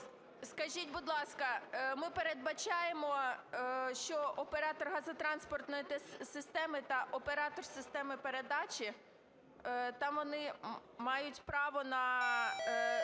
Скажіть, будь ласка, ми передбачаємо, що оператор газотранспортної системи та оператор системи передачі, там вони мають право на